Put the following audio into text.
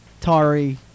Tari –